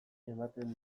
ematen